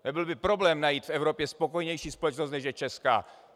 Nebyl by problém najít v Evropě spokojenější společnost, než je česká.